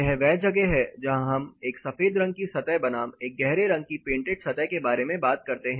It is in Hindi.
यह वह जगह है जहां हम एक सफेद रंग की सतह बनाम एक गहरे रंग की पेंटेड सतह के बारे में बात करते हैं